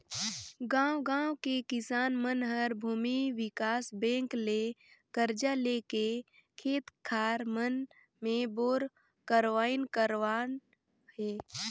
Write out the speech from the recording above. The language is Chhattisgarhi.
गांव गांव के किसान मन हर भूमि विकास बेंक ले करजा लेके खेत खार मन मे बोर करवाइन करवाइन हें